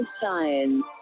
science